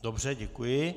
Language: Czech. Dobře, děkuji.